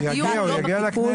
הוא יגיע, הוא יגיע לכנסת.